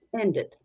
ended